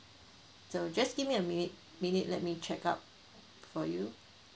so just give me a minute minute let me check up for you